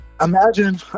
imagine